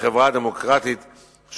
בחברה דמוקרטית".